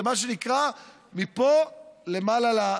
זה מה שנקרא מפה למעלה: